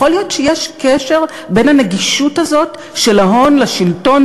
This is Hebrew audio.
יכול להיות שיש קשר בין הנגישות הזאת של ההון לשלטון?